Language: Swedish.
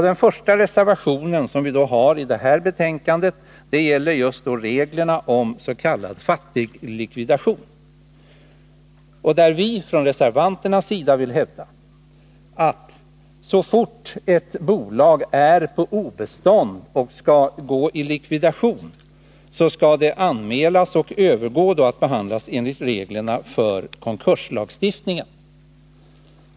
Den första reservation som vi har fogat till detta betänkande gäller reglerna om likvidation. Vi reservanter hävdar här att så fort ett bolag är på obestånd och skall gå i lividation skall detta anmälas och avvecklingen övergå till att behandlas enligt konkurslagstiftningens regler.